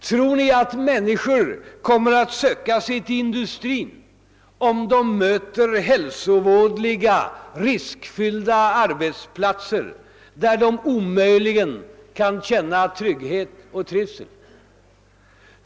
Tror ni att människor kommer att söka sig till industrin om de möter hälsovådliga, riskfyllda arbetsplatser där de omöjligen kan känna trygghet och trivsel?